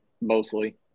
mostly